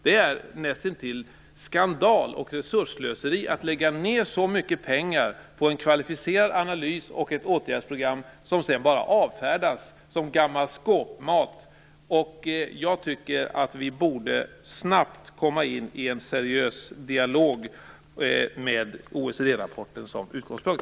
Det är näst intill skandal och resursslöseri att lägga ned så mycket pengar på en kvalificerad analys och ett åtgärdsprogram som sedan bara avfärdas som gammal skåpmat. Jag tycker att vi snabbt borde komma in i en seriös dialog med OECD-rapporten som utgångspunkt.